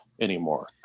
anymore